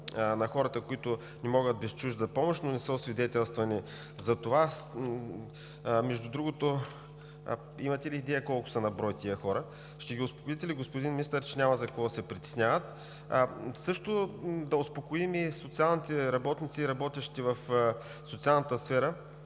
на хората, които не могат без чужда помощ, но не са освидетелствани за това? Имате ли идея колко на брой са тези хора? Ще ги успокоите ли, господин Министър, че няма за какво да се притесняват? Също да успокоим социалните работници и работещите в социалната сфера,